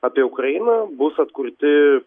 apie ukrainą bus atkurti